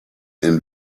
and